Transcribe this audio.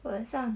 我好像